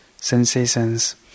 sensations